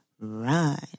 run